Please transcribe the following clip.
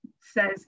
says